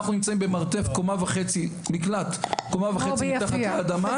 אנחנו נמצאים במרתף מקלט קומה וחצי מתחת לאדמה.